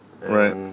Right